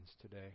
today